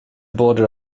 border